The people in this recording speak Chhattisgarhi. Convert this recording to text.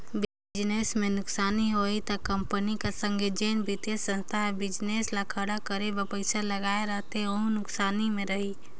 बिजनेस में नुकसानी होही ता कंपनी कर संघे जेन बित्तीय संस्था हर बिजनेस ल खड़ा करे बर पइसा लगाए रहथे वहूं नुकसानी में रइही